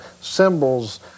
symbols